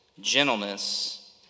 gentleness